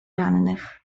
rannych